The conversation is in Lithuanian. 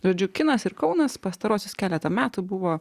žodžiu kinas ir kaunas pastaruosius keletą metų buvo